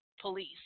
police